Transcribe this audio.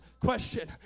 question